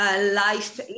life